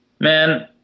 Man